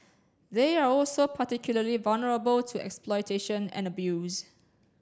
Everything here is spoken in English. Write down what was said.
they are also particularly vulnerable to exploitation and abuse